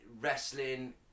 wrestling